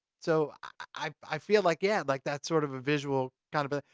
so i feel like, yeah. like that's sort of a visual, kind of a,